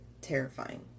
terrifying